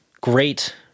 great